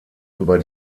über